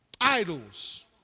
Idols